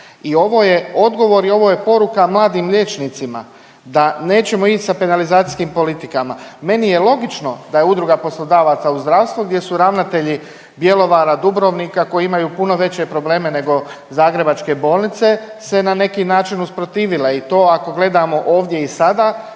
i ovo je odgovor i ovo je poruka mladim liječnicima da nećemo ić sa penalizacijskim politikama. Meni je logično da je Udruga poslodavaca u zdravstvu gdje su ravnatelji Bjelovara, Dubrovnika koji imaju puno veće probleme nego zagrebačke bolnice, se na neki način usprotivile i to ako gledamo ovdje i sada